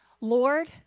Lord